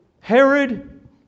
Herod